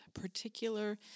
particular